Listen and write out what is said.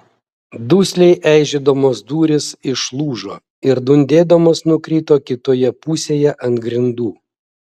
dusliai eižėdamos durys išlūžo ir dundėdamos nukrito kitoje pusėje ant grindų